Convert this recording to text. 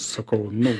sakau nu